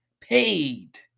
paid